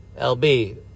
LB